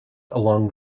along